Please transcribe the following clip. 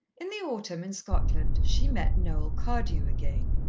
in the autumn, in scotland, she met noel cardew again.